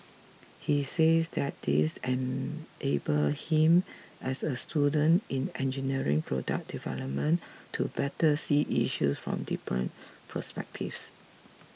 he says that this enabled him as a student in engineering product development to better see issues from different perspectives